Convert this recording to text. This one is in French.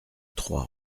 trois